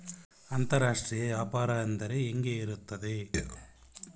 ಅಂತರಾಷ್ಟ್ರೇಯ ವ್ಯಾಪಾರ ಅಂದರೆ ಹೆಂಗೆ ಇರುತ್ತದೆ?